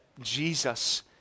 Jesus